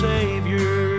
Savior